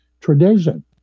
tradition